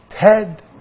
Ted